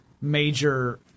major